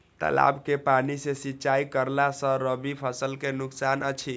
तालाब के पानी सँ सिंचाई करला स रबि फसल के नुकसान अछि?